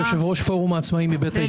יושב-ראש פורום העצמאים מבית ההסתדרות.